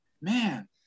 man